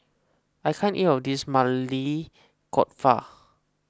I can't eat all of this Maili Kofta